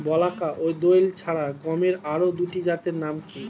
বলাকা ও দোয়েল ছাড়া গমের আরো দুটি জাতের নাম কি?